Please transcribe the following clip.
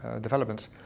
developments